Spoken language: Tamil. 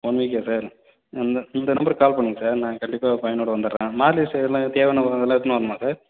ஒன் வீக்லயா சார் இந்த இந்த நம்பருக்கு கால் பண்ணுங்கள் சார் நான் கண்டிப்பாக பையனோட வந்துடுறேன் மார்க் லிஸ்ட்டு இதெலாம் தேவயானதுலாம் எடுத்துன்னு வரணுமா சார்